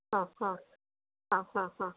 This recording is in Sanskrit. हा हा हा हा हा